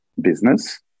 business